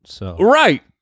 Right